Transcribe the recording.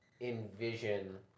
envision